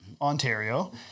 Ontario